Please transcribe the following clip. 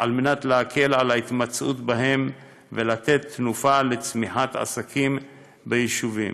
כדי להקל על ההתמצאות בהם ולתת תנופה לצמיחת עסקים ביישובים.